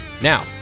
Now